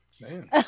Man